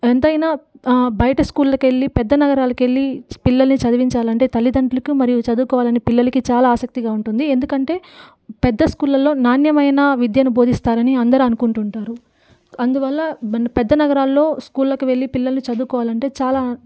ఎంతయినా బయట స్కూళ్ళకు వెళ్ళీ పెద్ద నగరాలకి వెళ్ళీ పిల్లల్ని చదివించాలంటే తల్లిదండ్రులకు మరియు చదువుకోవాలని పిల్లలకి చాలా ఆసక్తిగా ఉంటుంది ఎందుకంటే పెద్ద స్కూల్లలో నాణ్యమైన విద్యను బోధిస్తారు అని అందరు అనుకుంటూ ఉంటారు అందువల్ల మన పెద్ద నగరాల్లో స్కూళ్ళకు వెళ్ళీ పిల్లలిని చదువుకోవాలంటే చాలా